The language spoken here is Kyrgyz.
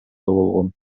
болгон